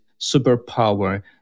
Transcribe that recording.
superpower